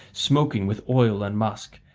smoking with oil and musk,